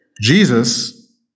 Jesus